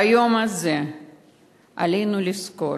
ביום הזה עלינו לזכור